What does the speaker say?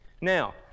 Now